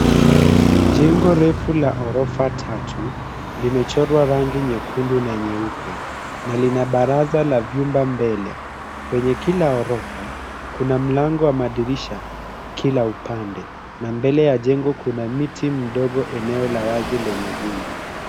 Jengo refu la orofa tatu limechorwa rangi nyekundu na nyeupe, na lina baraza la jumba mbele. Kwenye kila orofa, kuna mlango wa madirisha kila upande, na mbele ya jengo kuna mti mdogo eneo la wazi lenye vumbi.